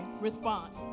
response